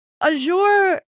Azure